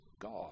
God